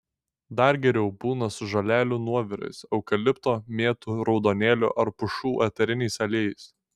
dar geriau būna su žolelių nuovirais eukalipto mėtų raudonėlių ar pušų eteriniais aliejais